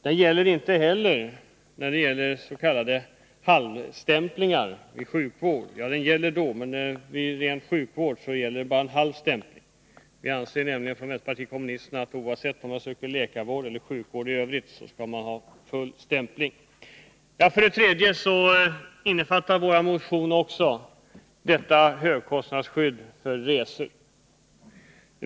Det gäller inte heller fullt ut vid ren sjukvård, utan det blir bara fråga om en halv stämpling. Vi i vpk anser att man, oavsett om man söker läkarvård eller sjukvård i övrigt, skall ha full stämpling. Vår motion innefattar också högkostnadsskydd för resor.